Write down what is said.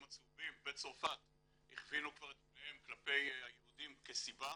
הצהובים בצרפת הכווינו את פניהם כלפי היהודים כסיבה,